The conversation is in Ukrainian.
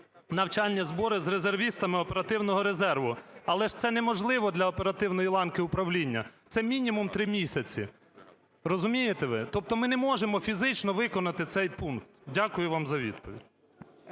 навчальні збори з резервістами оперативного резерву". Але це ж неможливо для оперативної ланки управління, це мінімум 3 місяці. Розумієте ви? Тобто ми не можемо фізично виконати цей пункт. Дякую вам за відповідь.